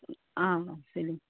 آ آ صحیح